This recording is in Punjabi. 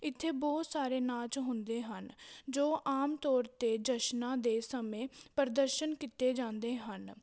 ਇੱਥੇ ਬਹੁਤ ਸਾਰੇ ਨਾਚ ਹੁੰਦੇ ਹਨ ਜੋ ਆਮ ਤੌਰ 'ਤੇ ਜਸ਼ਨਾਂ ਦੇ ਸਮੇਂ ਪ੍ਰਦਰਸ਼ਨ ਕੀਤੇ ਜਾਂਦੇ ਹਨ